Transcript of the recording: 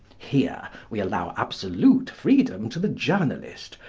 here we allow absolute freedom to the journalist,